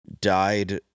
died